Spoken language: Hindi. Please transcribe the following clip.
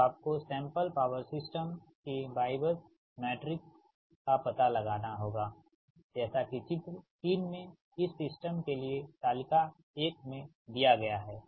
तो आपको सैंपल पॉवर सिस्टम के Ybus मैट्रिक्स का पता लगाना होगा जैसा कि चित्र 3 में इस सिस्टम के लिए तालिका एक में दिया गया है